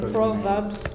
Proverbs